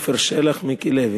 עפר שלח ומיקי לוי,